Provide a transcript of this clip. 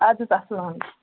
اَدٕ حظ اسلام علیکُم